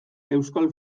euskal